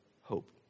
hope